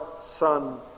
Son